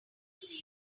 see